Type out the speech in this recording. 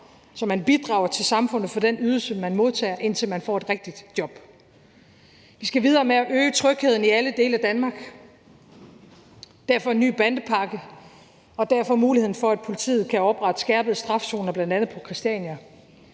så man bidrager til samfundet for den ydelse, man modtager, indtil man får et rigtigt job. Vi skal videre med at øge trygheden i alle dele af Danmark, derfor er vi kommet med en ny bandepakke og muligheden for, at politiet kan oprette skærpede strafzoner, bl.a. på Christiania.